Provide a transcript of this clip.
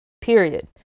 period